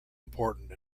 important